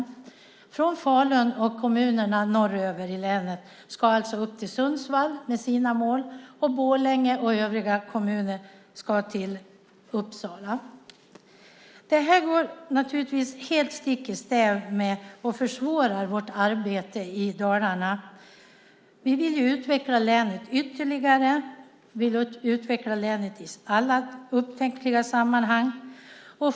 Medborgarna i Falun och kommunerna norrut i länet ska alltså till Sundsvall med sina mål och i Borlänge och övriga kommuner till Uppsala. Detta går helt stick i stäv med och försvårar vårt arbete i Dalarna. Vi vill utveckla länet ytterligare i alla upptänkliga sammanhang.